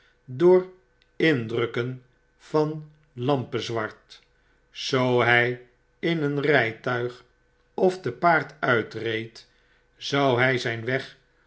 door indrukken van lampezwart zoo hij in een rytuig of te paard uitreed zou hy zyn weg